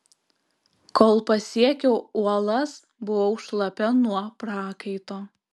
kol pasiekiau uolas buvau šlapia nuo prakaito